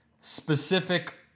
specific